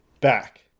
back